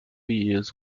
years